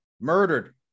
Murdered